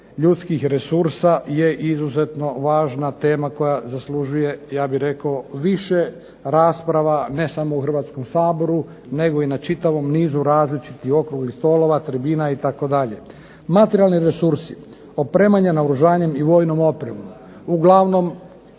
ljudskih resursa je izuzetno važna tema koja zaslužuje ja bih rekao više rasprava ne samo u Hrvatskom saboru, nego i na čitavom nizu različitih okruglih stolova, tribina itd. Materijalni resursi, opremanje naoružanjem i vojnom opremom, uglavnom